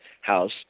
house